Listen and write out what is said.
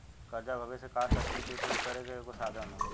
कर्जा भविष्य के कार्य शक्ति के उपयोग करे के एगो साधन ह